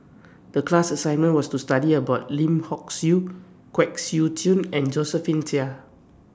The class assignment was to study about Lim Hock Siew Kwek Siew Jin and Josephine Chia